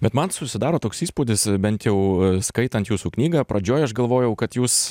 bet man susidaro toks įspūdis bent jau skaitant jūsų knygą pradžioj aš galvojau kad jūs